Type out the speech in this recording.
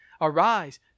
Arise